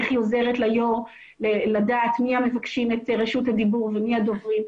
איך היא עוזרת ליושב ראש לדעת מי המבקשים את רשות הדיבור ומי הדוברים,